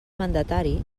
mandatari